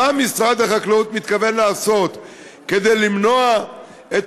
מה משרד החקלאות מתכוון לעשות כדי למנוע את